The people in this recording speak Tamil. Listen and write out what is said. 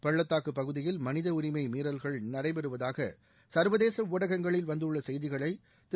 பள்ளத்தாக்கு பகுதியில் மனித உரிமை மீறல்கள் நடைபெறுவதாக சர்வதேச ஊடகங்களில் வந்துள்ள செய்திகளை திரு